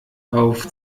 auf